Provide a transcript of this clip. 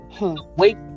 Wait